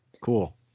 cool